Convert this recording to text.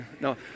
No